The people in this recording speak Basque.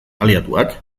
aliatuak